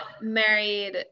married